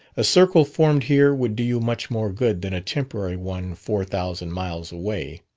a circle formed here would do you much more good than a temporary one four thousand miles away.